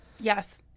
Yes